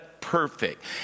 perfect